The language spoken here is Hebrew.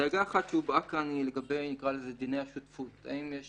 הדאגה האחת שהובעה כאן היא לגבי דיני השותפות - האם יש